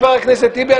חבר הכנסת טיבי,